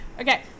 Okay